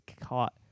caught